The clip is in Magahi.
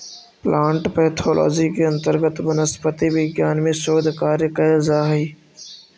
प्लांट पैथोलॉजी के अंतर्गत वनस्पति विज्ञान में शोध कार्य कैल जा हइ